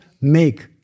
make